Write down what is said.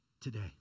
today